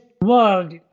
world